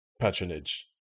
patronage